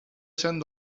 cent